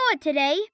today